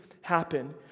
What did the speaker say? happen